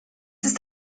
ist